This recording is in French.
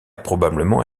probablement